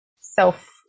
self